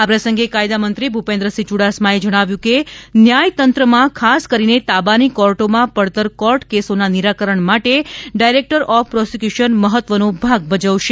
આ પ્રસંગે કાયદા મંત્રી ભુપેન્દ્રસિંહ યુડાસમાએ કહ્યું હતું કે ન્યાયતંત્રમાં ખાસ કરીને તાબાની કોર્ટોમાં પડતર કોર્ટ કેસોના નિરાકરણ માટે ડાયરેક્ટર ઑફ પ્રોસિક્યુશન મહત્વનો ભાગ ભજવશે